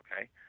okay